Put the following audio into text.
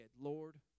Lord